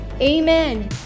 Amen